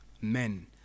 men